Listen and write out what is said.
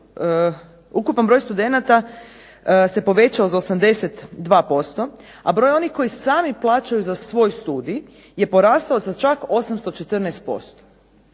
ukupan broj studenata se povećao za 82%, a broj onih koji sami plaćaju za svoj studij je porastao za čak 814%.